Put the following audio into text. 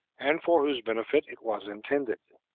and for whose benefit it was intended,